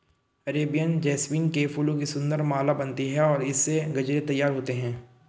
Arabian jasmine के फूलों की सुंदर माला बनती है और इससे गजरे तैयार होते हैं